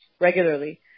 regularly